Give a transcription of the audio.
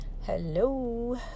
Hello